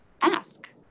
ask